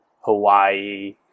Hawaii